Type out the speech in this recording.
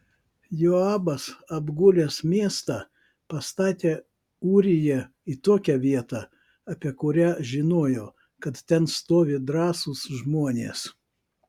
joabas apgulęs miestą pastatė ūriją į tokią vietą apie kurią žinojo kad ten stovi drąsūs žmonės